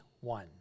one